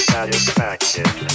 Satisfaction